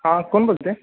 हां कोण बोलत आहे